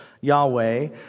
Yahweh